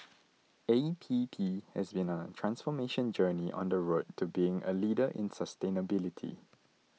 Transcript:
A P P has been on a transformation journey on the road to being a leader in sustainability